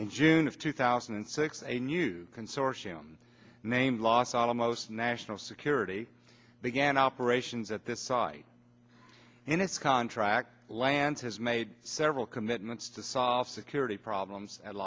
in june of two thousand and six a new consortium named los alamos national security began operations at this site and its contract land has made several commitments to solve security problems at